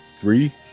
Three